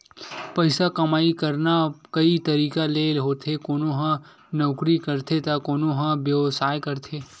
पइसा कमई करना कइ तरिका ले होथे कोनो ह नउकरी करथे त कोनो ह बेवसाय करथे